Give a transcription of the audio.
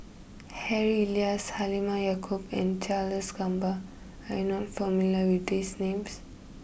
Harry Elias Halimah Yacob and Charles Gamba are you not familiar with these names